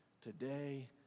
today